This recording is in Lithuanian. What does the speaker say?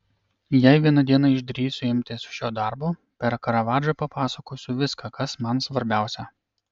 jei vieną dieną išdrįsiu imtis šio darbo per karavadžą papasakosiu viską kas man svarbiausia